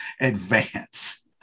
advance